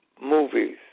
movies